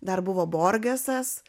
dar buvo borgesas